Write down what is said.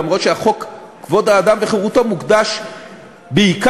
למרות שחוק כבוד האדם וחירותו מוקדש בעיקר,